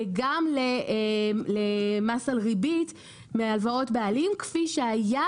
וגם למס על ריבית מהלוואות בעלים כפי שהיה